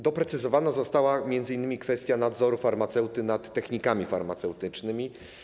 Doprecyzowana została m.in. kwestia nadzoru farmaceuty nad technikami farmaceutycznymi.